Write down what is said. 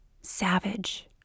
savage